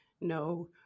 no